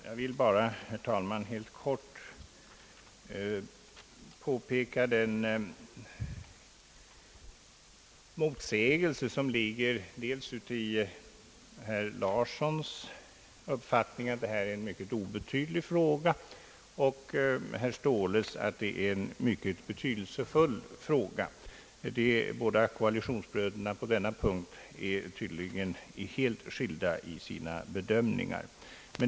Jag vill bara, herr talman, helt kort påpeka den motsägelse som föreligger mellan herr Larssons uppfattning att detta är en mycket obetydlig fråga, och herr Ståhles att det är en mycket betydelsefull fråga. De båda koalitionsbröderna i utskottet gör tydligen på denna punkt helt skilda bedömningar.